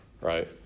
right